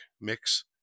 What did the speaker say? mix